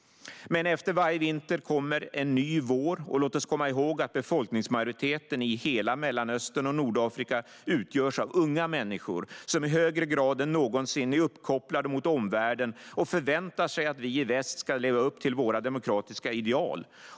Men efter varje vinter kommer en ny vår, och låt oss komma ihåg att befolkningsmajoriteten i hela Mellanöstern och Nordafrika utgörs av unga människor som i högre grad än någonsin är uppkopplade mot omvärlden och förväntar sig att vi i väst ska leva upp till våra demokratiska ideal.